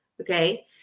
Okay